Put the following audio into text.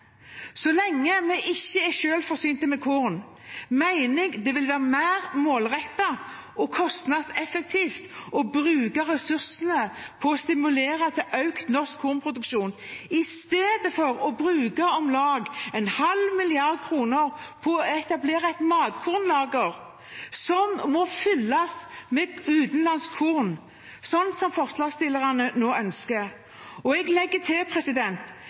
Så lenge vi ikke er selvforsynt med korn, mener jeg det vil være mer målrettet og kostnadseffektivt å bruke ressursene på å stimulere til økt norsk kornproduksjon i stedet for å bruke om lag en halv milliard kroner på å etablere et matkornlager som må fylles med utenlandsk korn, slik forslagsstillerne nå ønsker. Og jeg legger til: